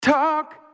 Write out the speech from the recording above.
Talk